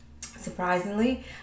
surprisingly